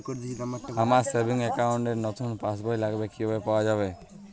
আমার savings account র নতুন পাসবই লাগবে কিভাবে পাওয়া যাবে?